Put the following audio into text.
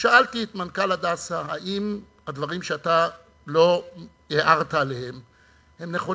ושאלתי את מנכ"ל "הדסה": האם הדברים שאתה לא הערת עליהם נכונים?